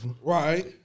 Right